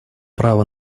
право